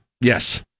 Yes